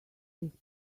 these